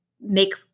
make